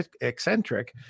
eccentric